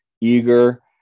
eager